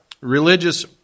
religious